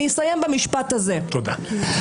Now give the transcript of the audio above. משפט אחרון, מיכל.